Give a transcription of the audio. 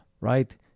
right